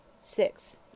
Six